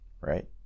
right